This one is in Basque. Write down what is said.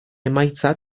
emaitza